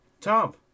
Tom